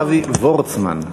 אבי וורצמן,